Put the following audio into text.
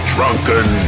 Drunken